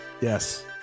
yes